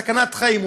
בסכנת חיים,